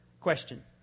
question